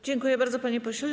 Dziękuję bardzo, panie pośle.